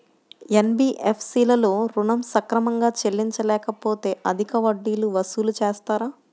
NBFC లలో ఋణం సక్రమంగా చెల్లించలేకపోతె అధిక వడ్డీలు వసూలు చేస్తారా?